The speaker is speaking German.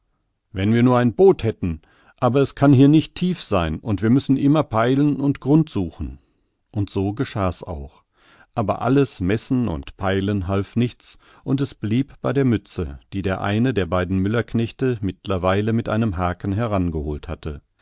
wenn wir nur ein boot hätten aber es kann hier nicht tief sein und wir müssen immer peilen und grund suchen und so geschah's auch aber alles messen und peilen half nichts und es blieb bei der mütze die der eine der beiden müllerknechte mittlerweile mit einem haken herangeholt hatte